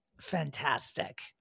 fantastic